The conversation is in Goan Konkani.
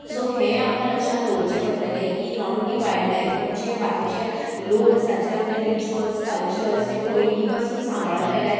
सो हें आमकां लक्षान दवरचें पडटलें की not only wildlife but जे बाकीचे लोक आसात जे आपले रिचुअल्स कल्चर्स जे पयलीं पासून सांबाळत आयल्यात